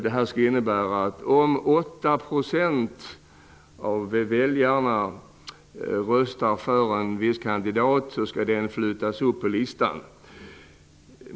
Det har sagts att om 8 % av väljarna röstar för en viss kandidat skall kandidaten flyttas upp på listan.